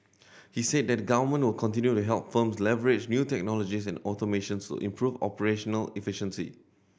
he said the government will continue to help firms leverage new technologies and automation to improve operational efficiency